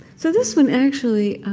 so this one, actually,